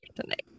tonight